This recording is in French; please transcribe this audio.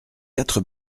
quatre